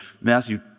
Matthew